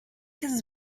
has